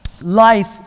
life